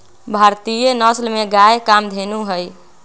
भारतीय नसल में गाय कामधेनु हई